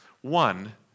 One